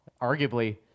arguably